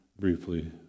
briefly